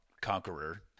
conqueror